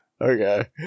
Okay